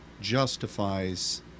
justifies